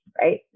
Right